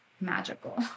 magical